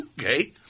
Okay